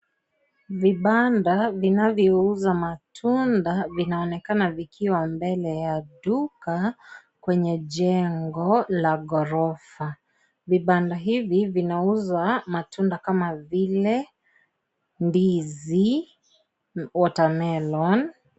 Vibanda vinavyouza matunda vinaonekana vikiwa mbele ya duka kwenye jengo la ghorofa vibanda hivi vinauza matunda kama vile ndizi, watermelon